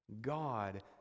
God